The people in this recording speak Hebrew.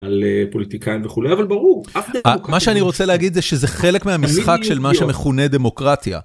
על פוליטיקאים וכולי אבל ברור מה שאני רוצה להגיד זה שזה חלק מהמשחק של מה שמכונה דמוקרטיה.